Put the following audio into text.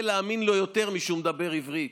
להאמין לו יותר מאשר כשהוא מדבר עברית.